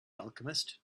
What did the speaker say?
alchemist